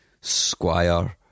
Squire